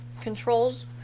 Controls